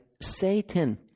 Satan